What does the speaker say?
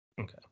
Okay